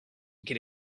get